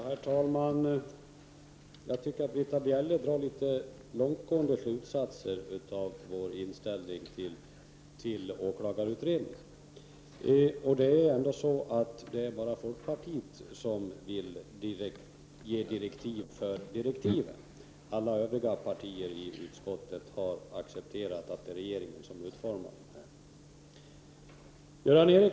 Herr talman! Jag tycker att Britta Bjelle drar litet långtgående slutsatser av vår inställning till åklagarutredningen. Det är ändå bara folkpartiet som vill ge direktiv för direktiven till denna utredning. Övriga partier i utskottet har accepterat att det är regeringen som utformar direktiv.